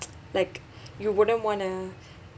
like you wouldn't want to